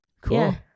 Cool